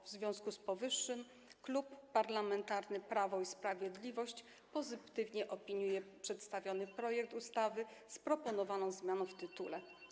W związku z powyższym Klub Parlamentarny Prawo i Sprawiedliwość pozytywnie opiniuje przedstawiony projekt ustawy z proponowaną zmianą w tytule.